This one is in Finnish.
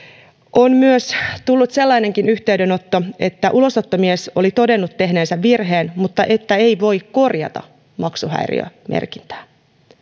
on myös tullut sellainenkin yhteydenotto että ulosottomies oli todennut tehneensä virheen mutta että ei voi korjata maksuhäiriömerkintää